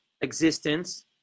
existence